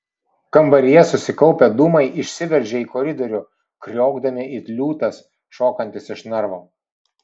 kambaryje susikaupę dūmai išsiveržė į koridorių kriokdami it liūtas šokantis iš narvo